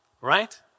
Right